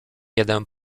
jeden